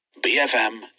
bfm